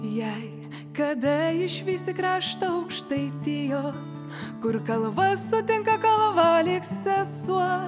jei kada išvysi kraštą aukštaitijos kur kalva sutinka kalvą lyg sesuo